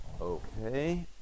Okay